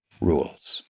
rules